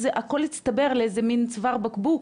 שזה הכול הצטבר לאיזה מן צוואר בקבוק